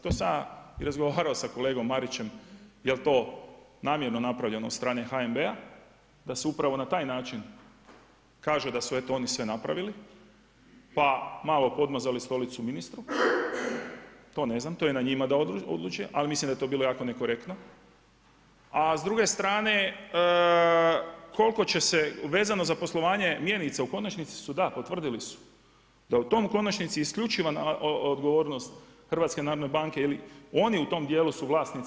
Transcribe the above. To sam ja i razgovarao sa kolegom Marićem jel' to namjerno napravljeno od strane HNB-a, da se upravo na taj način kaže da su oni to sve napravili, pa malo podmazali stolicu ministru, to ne znam, to je na njima da odluče, ali mislim da je to bilo jako nekorektno, a s druge strane koliko će se vezano za poslovanje mjenica, u konačnici da, potvrdili su da u toj konačnici isključiva odgovornost je HNB jer oni u tom djelu su vlasnici.